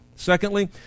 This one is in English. Secondly